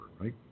right